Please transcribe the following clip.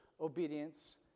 obedience